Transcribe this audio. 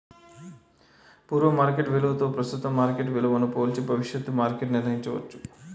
పూర్వ మార్కెట్ విలువతో ప్రస్తుతం మార్కెట్ విలువను పోల్చి భవిష్యత్తు మార్కెట్ నిర్ణయించవచ్చు